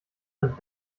man